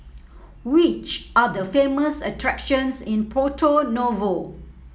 which are the famous attractions in Porto Novo